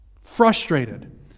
frustrated